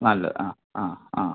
നല്ല ആ ആ ആ